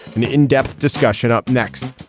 an in-depth discussion up next